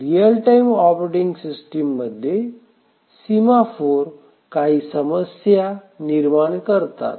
real time operating system मध्ये semaphore काही समस्या निर्माण करतात